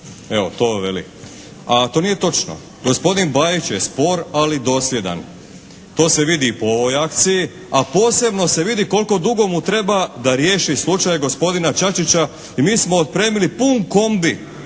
da radi, a to nije točno. Gospodin Bajić je spor, ali dosljedan to se vidi i po ovoj akciji, a posebno se vidi koliko dugo mu treba da riješi slučaj gospodina Čačića i mi smo otpremili pun kombi